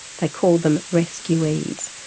they called them rescuees.